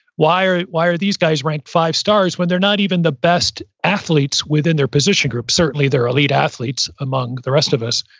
why are why are these guys ranked five stars when they're not even the best athletes within their position group? certainly they're elite athletes among the rest of us,